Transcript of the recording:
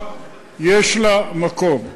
יש לה מקום.